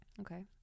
Okay